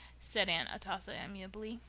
said aunt atossa, amiably.